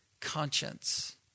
conscience